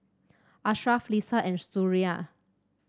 Ashraf Lisa and Suria